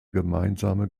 gemeinsame